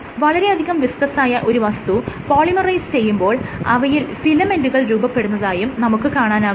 വളരെയധികം വിസ്കസായ ഒരു വസ്തു പോളിമറൈസ് ചെയ്യുമ്പോൾ അവയിൽ ഫിലമെന്റുകൾ രൂപപ്പെടുന്നതായും നമുക്ക് കാണാനാകുന്നു